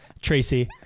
Tracy